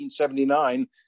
1979